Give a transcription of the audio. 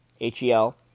H-E-L